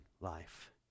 life